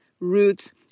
roots